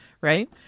right